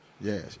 Yes